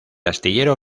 astillero